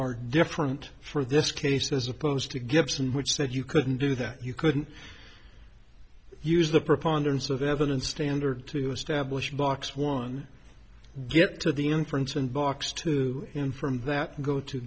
are different for this case as opposed to gibson which said you couldn't do that you couldn't use the preponderance of evidence standard to establish blocks one get to the inference and box two in from that go to